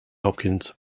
hopkins